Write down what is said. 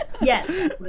Yes